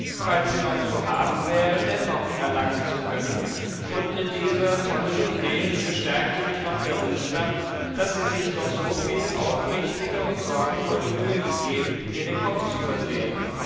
falls sie noch zu haben wäre dennoch erlangen zu können und in dieser tollen idee bestärkte mich noch der umstand daß sie sich doch so viel aufrichtige und sorgenvolle mühe gegeben mir den kopf zu verdrehen